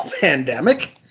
pandemic